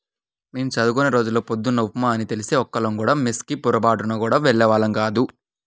మేం చదువుకునే రోజుల్లో పొద్దున్న ఉప్మా అని తెలిస్తే ఒక్కళ్ళం కూడా మెస్ కి పొరబాటున గూడా వెళ్ళేవాళ్ళం గాదు